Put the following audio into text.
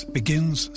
begins